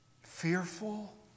fearful